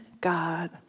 God